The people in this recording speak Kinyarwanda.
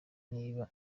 niba